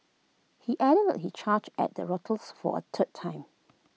he added he charged at the rioters for A third time